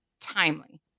timely